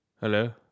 Hello